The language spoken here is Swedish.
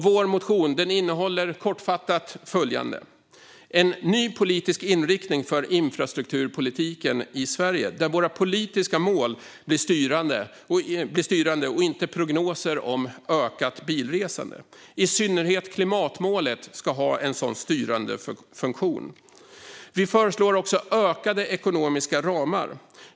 Vår motion innehåller kortfattat följande: Vi vill se en ny politisk inriktning för infrastrukturpolitiken i Sverige, där våra politiska mål blir styrande, inte prognoser om ökat bilresande. I synnerhet klimatmålet ska ha en sådan styrande funktion. Vi föreslår också ökade ekonomiska ramar.